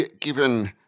given